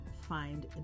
find